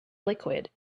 liquid